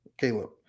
Caleb